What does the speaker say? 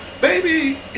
baby